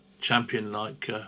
champion-like